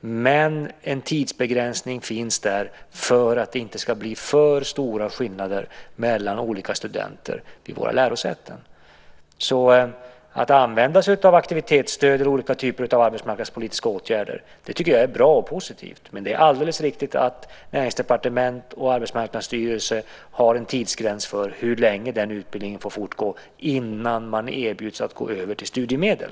Men en tidsbegränsning finns där för att det inte ska bli för stora skillnader mellan olika studenter vid våra lärosäten. Att använda sig av aktivitetsstöd vid olika typer av arbetsmarknadspolitiska åtgärder tycker jag är bra och positivt. Men det är alldeles riktigt att Näringsdepartementet och Arbetsmarknadsstyrelsen har en tidsgräns för hur länge den utbildningen får fortgå innan man erbjuds att gå över till studiemedel.